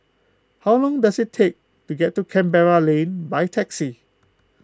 how long does it take to get to Canberra Lane by taxi